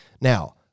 Now